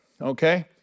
okay